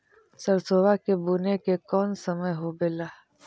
सरसोबा के बुने के कौन समय होबे ला?